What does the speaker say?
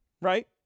right